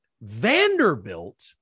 Vanderbilt